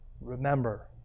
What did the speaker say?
Remember